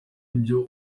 ibyo